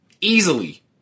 easily